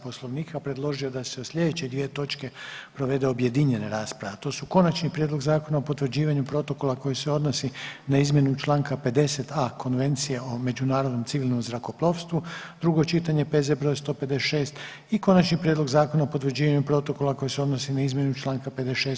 Poslovnika predložio da se o slijedeće 2 točke provede objedinjena rasprava, a to su: - Konačni prijedlog Zakona o potvrđivanju protokola koji se odnosi na izmjenu Članka 50.(a) Konvencije o međunarodnom civilnom zrakoplovstvu, drugo čitanje, P.Z. br. 156 i - Konači prijedlog Zakona o potvrđivanju protokola koji se odnosi na izmjenu Članka 56.